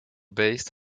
based